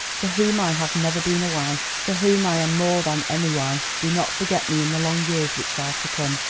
to whom i have never been a wife, to whom i am more than any wife do not forget me in the long years which are to come.